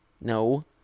No